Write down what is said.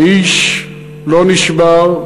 האיש לא נשבר,